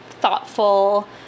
thoughtful